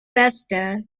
vista